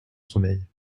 sommeil